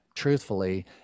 truthfully